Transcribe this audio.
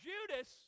Judas